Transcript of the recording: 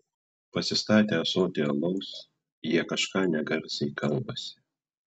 pasistatę ąsotį alaus jie kažką negarsiai kalbasi